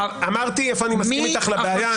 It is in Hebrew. אמרתי היכן אני מסכים איתך לגבי הבעיה.